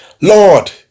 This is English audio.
Lord